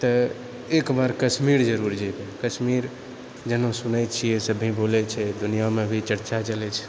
तऽ एक बार कश्मीर जरुर जेबए कश्मीर जेना सुनए छिऐ सभी बोलए छै दुनियामे भी चर्चा चलैत छै